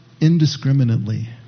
indiscriminately